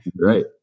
right